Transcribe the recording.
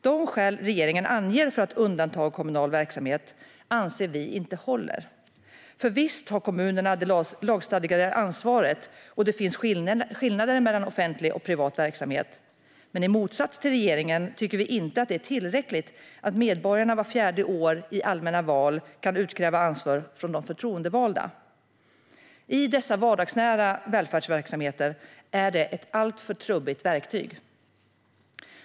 De skäl regeringen anger för att undanta kommunal verksamhet anser vi inte håller. Visst har kommunerna det lagstadgade ansvaret, och det finns skillnader mellan offentlig och privat verksamhet. Men i motsats till regeringen tycker vi inte att det är tillräckligt att medborgarna vart fjärde år i allmänna val kan utkräva ansvar från de förtroendevalda. I dessa vardagsnära välfärdsverksamheter är det ett alltför trubbigt verktyg.